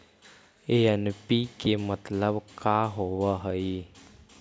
NPK मतलब का होव हइ?